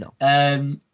No